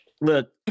look